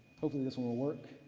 hopefully this one will work.